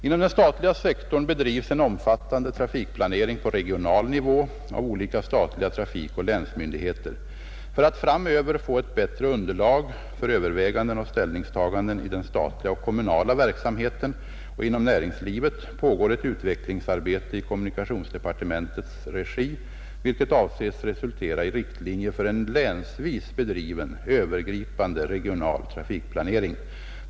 Inom den statliga sektorn bedrivs en omfattande trafikplanering på regional nivå av olika statliga trafikoch länsmyndigheter. För att framöver få ett bättre underlag för överväganden och ställningstaganden i den statliga och kommunala verksamheten och inom näringslivet pågår ett utvecklingsarbete i kommunikationsdepartementets regi, vilket avses resultera i riktlinjer för en länsvis bedriven, övergripande regional trafikplanering.